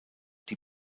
die